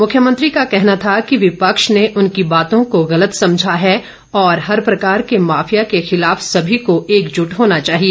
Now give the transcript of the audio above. मुख्यमंत्री का कहना था कि विपक्ष ने उनकी बातों को गलत समझा है और हर प्रकार के माफिया के खिलाफ सभी को एकजुट होना चाहिए